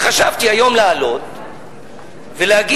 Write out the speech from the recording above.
וחשבתי היום לעלות ולהגיד: